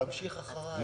תסנכרנו ביניכם.